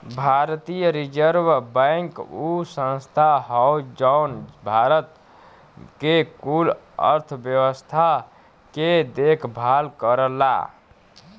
भारतीय reserve bank उ संस्था हौ जौन भारत के कुल अर्थव्यवस्था के देखभाल करला